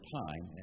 time